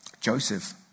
Joseph